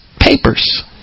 papers